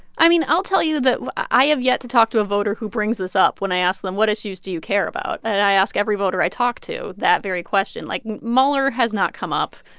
i mean, i'll tell you that i have yet to talk to a voter who brings this up when i ask them, what issues do you care about? and i ask every voter i talk to that very question. like, mueller has not come up.